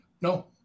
No